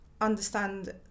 understand